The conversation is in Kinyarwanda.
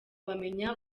bamenya